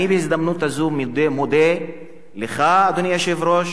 אני בהזדמנות הזאת מודה לך, אדוני היושב-ראש,